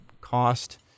cost